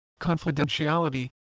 confidentiality